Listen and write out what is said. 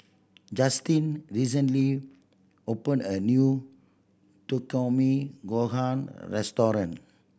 Justin recently opened a new Takikomi Gohan Restaurant